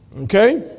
okay